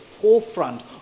forefront